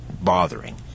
bothering